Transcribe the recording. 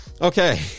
Okay